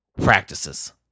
practices